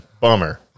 Bummer